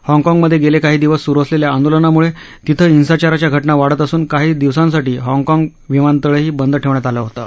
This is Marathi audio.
हाँगकाँगमधे गेले काही दिवस स्ुरु असलेल्या आंदोलनामुळे तिथं हिंसाचाराच्या घटना वाढत असून काही दिवसांसाठी हाँगकाँग विमानतळही बंद ठेवण्यात आलं होतं